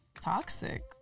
toxic